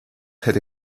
hätte